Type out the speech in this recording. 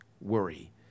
worry